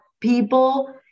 people